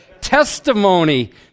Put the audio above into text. testimony